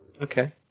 Okay